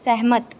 सैह्मत